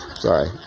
Sorry